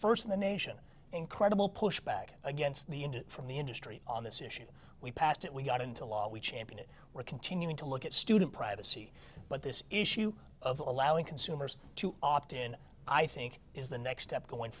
first in the nation incredible pushback against the internet from the industry on this issue we passed it we got into law we champion it we're continuing to look at student privacy but this issue of allowing consumers to opt in i think is the next step going